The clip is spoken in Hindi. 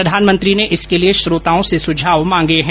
प्रधानमंत्री ने इसके लिए श्रोताओं से सुझाव मांगे हैं